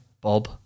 Bob